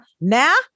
now